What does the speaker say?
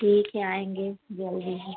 ठीक है आएँगे जल्दी ही